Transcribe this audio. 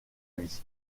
vie